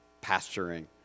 pasturing